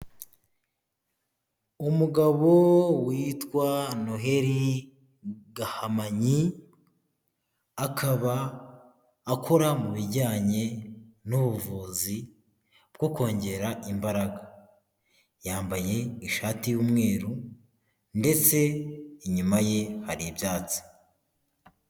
Umugabo witwa Noheli Gahamanyi, akaba akora mu bijyanye n'ubuvuzi bwo kongera imbaraga. Yambaye ishati y'umweru ndetse inyuma ye hari ibyatsi.